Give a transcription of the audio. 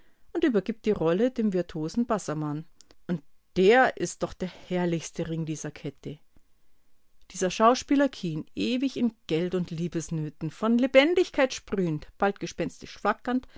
und übergibt die rolle dem virtuosen bassermann und der ist doch der herrlichste ring dieser kette dieser schauspieler kean ewig in geld und liebesnöten von lebendigkeit sprühend bald gespenstisch